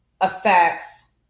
affects